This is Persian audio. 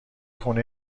خونه